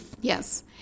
yes